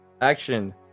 Action